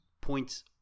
points